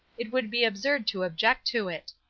it would be absurd to object to it.